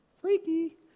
Freaky